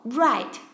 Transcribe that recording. ,right